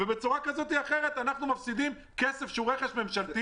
בצורה כזו אנחנו מפסידים כסף שהוא רכש ממשלתי